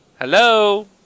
hello